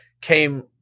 came